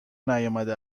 نیامده